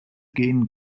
gehen